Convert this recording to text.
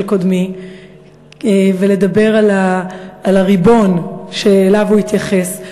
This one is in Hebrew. קודמי ולדבר על הריבון שאליו הוא התייחס.